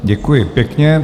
Děkuji pěkně.